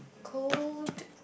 cold